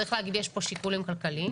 שצריך להגיד, יש פה שיקולים כלכליים.